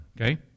okay